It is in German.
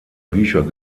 bücher